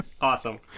Awesome